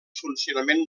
funcionament